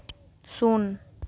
ᱥᱩᱱ